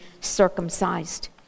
circumcised